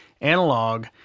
Analog